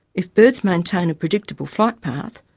if birds maintain a predictable flight path,